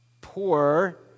Poor